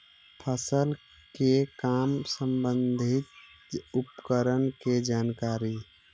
फसल के काम संबंधित उपकरण के जानकारी?